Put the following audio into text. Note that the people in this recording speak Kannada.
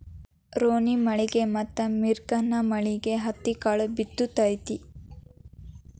ರೋಣಿಮಳಿ ಮತ್ತ ಮಿರ್ಗನಮಳಿಗೆ ಹತ್ತಿಕಾಳ ಬಿತ್ತು ತತಿ